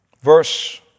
verse